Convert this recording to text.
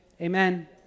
amen